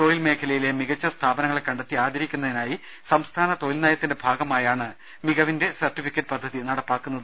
തൊഴിൽമേഖലയിലെ മികച്ച സ്ഥാപനങ്ങളെ കണ്ടെത്തി ആദരിക്കുന്നതി നായി സംസ്ഥാന തൊഴിൽ നയത്തിന്റെ ഭാഗമായാണ് മികവിന്റെ സർട്ടിഫിക്കറ്റ് പദ്ധതി നടപ്പാക്കുന്നത്